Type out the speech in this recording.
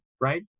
right